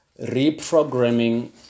Reprogramming